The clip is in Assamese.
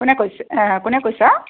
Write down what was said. কোনে কৈছ কোনে কৈছা